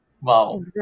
Wow